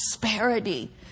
prosperity